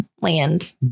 land